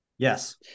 Yes